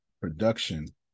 production